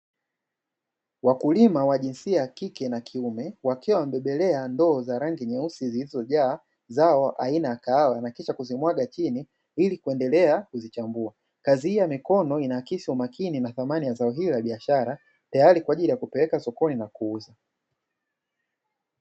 Wakulima wa jinsia ya kike na kiume wakiwa wamebebelea ndoo za rangi nyeusi zilizojaa zao aina ya kahawa na kisha kuzimwaga chini ilikuendelea kuzichambua, kazi hii ya mikono inaakisi umakini na thamani ya zao hili la biashara tayari kwa ajili ya kupeleka sokoni na kuuza.